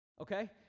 okay